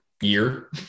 year